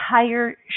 entire